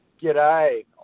G'day